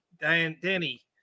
Danny